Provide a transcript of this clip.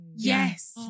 Yes